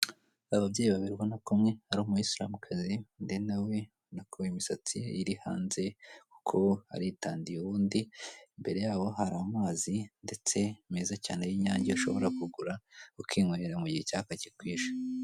Ababyeyi baberwa na kumwe ari umuyisilamukazi ndetse nawe nako imisatsi ye iri hanze kuko aritandiye ubundi imbere yabo hari amazi ndetse meza cyane y'inyange ushobora kugura ukinkwera mu gihe icyaka kikwishe.